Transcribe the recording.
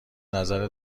نظر